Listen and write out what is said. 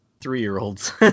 three-year-olds